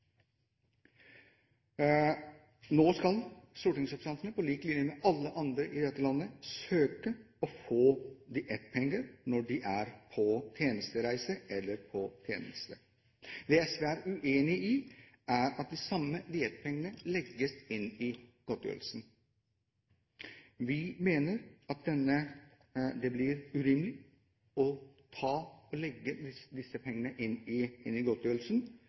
nå foreslår at den skal avskaffes. Nå skal stortingsrepresentantene på lik linje med alle andre i dette landet søke om å få diettpenger når de er på tjenestereise eller er i tjeneste. Det SV er uenig i, er at de samme diettpengene legges inn i godtgjørelsen. Vi mener at det blir urimelig å legge disse pengene inn i godtgjørelsen. Det blir dekket og er en reell økning i